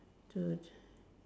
the